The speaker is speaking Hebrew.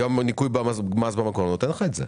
היום ניכוי מס במקור נותן לך את זה,